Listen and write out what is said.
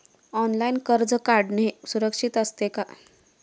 Online कर्ज काढणे सुरक्षित असते का?